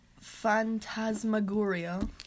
Phantasmagoria